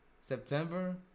September